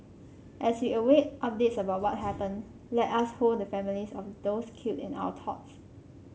as we await updates about what happened let us hold the families of those killed in our thoughts